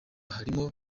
harimwo